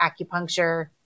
acupuncture